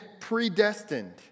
predestined